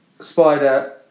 Spider